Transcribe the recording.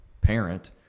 parent